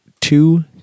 two